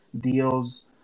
deals